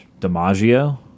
DiMaggio